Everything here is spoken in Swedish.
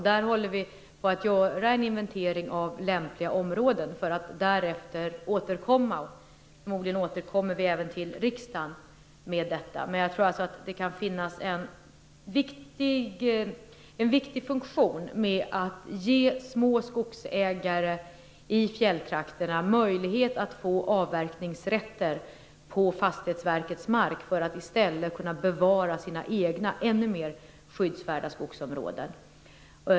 Där håller vi på att göra en inventering av lämpliga områden för att därefter återkomma. Förmodligen återkommer vi även till riksdagen med detta. Jag tror att det vore bra om man kunde hitta ett sätt att ge små skogsägare i fjälltrakterna möjlighet att få avverkningsrätter på Fastighetsverkets mark för att i stället kunna bevara sina egna ännu mer skyddsvärda skogsområden.